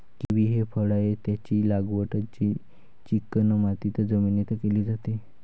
kiwi हे फळ आहे, त्याची लागवड चिकणमाती जमिनीत केली जाते